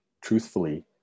truthfully